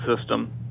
system